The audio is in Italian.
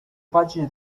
pagine